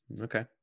Okay